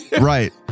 right